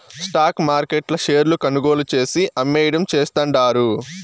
stock మార్కెట్ల షేర్లు కొనుగోలు చేసి, అమ్మేయడం చేస్తండారు